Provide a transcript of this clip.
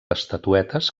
estatuetes